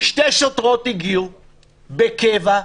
שתי שוטרות בקבע הגיעו,